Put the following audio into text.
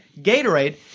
Gatorade